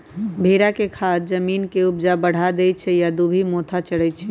भेड़ा के खाद जमीन के ऊपजा बढ़ा देहइ आ इ दुभि मोथा चरै छइ